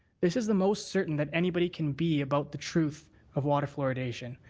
this is the most certain that anybody can be about the truth of water fluoridation.